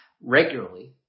regularly